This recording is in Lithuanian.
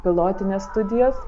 pilotinės studijos